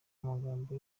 amagambo